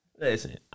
Listen